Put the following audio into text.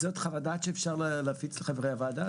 זו חוות דעת שאפשר להפיץ לחברי הוועדה,